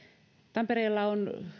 tampereella on